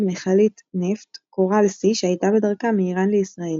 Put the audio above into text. מכלית נפט קוראל סי שהייתה בדרכה מאיראן לישראל.